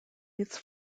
its